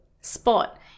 spot